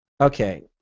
okay